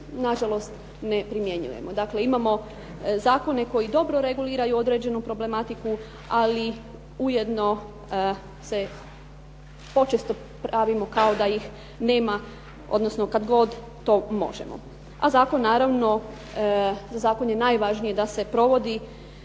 nažalost ne primjenjujemo. Dakle, imamo zakone koji dobro reguliraju određenu problematiku, ali ujedno se počesto pravimo kao da ih nema, odnosno kada god to možemo. Zakon je najvažniji da se provodi